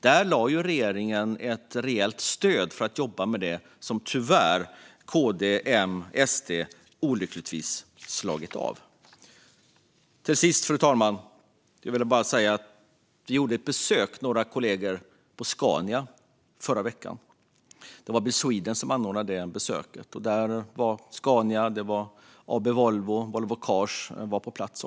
Regeringen lade fram ett förslag om ett rejält stöd för att jobba med detta - vilket KD, M och SD olyckligtvis avslog. Till sist, fru talman, vill jag bara säga att vi var några kollegor som gjorde ett besök på Scania i förra veckan. Det var Bil Sweden som anordnade besöket, där Scania, AB Volvo och Volvo Cars deltog.